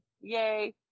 Yay